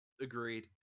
Agreed